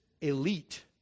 elite